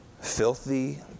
filthy